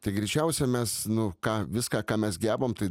tai greičiausia mes nu ką viską ką mes gebam tai